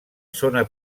zona